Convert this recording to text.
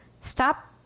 stop